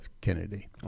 Kennedy